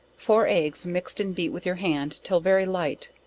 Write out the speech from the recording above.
four eggs mixed and beat with your hand, till very light,